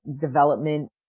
development